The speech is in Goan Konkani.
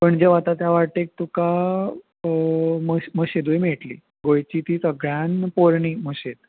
पणजे वता त्या वाटेक तुका मशीदूय मेळटली गोंयची ती सगळ्यान पोरणी मशीद